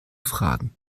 fragen